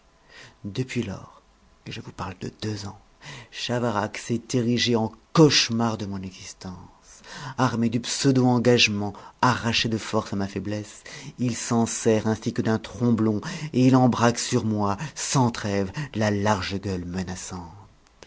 je vous parle de deux ans chavarax s'est érigé en cauchemar de mon existence armé du pseudo engagement arraché de force à ma faiblesse il s'en sert ainsi que d'un tromblon et il en braque sur moi sans trêve la large gueule menaçante